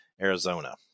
Arizona